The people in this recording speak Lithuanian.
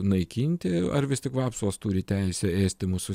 naikinti ar vis tik vapsvos turi teisę ėsti mūsų